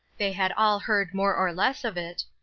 they had all heard more or less of it,